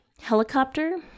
helicopter